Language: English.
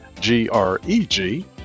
G-R-E-G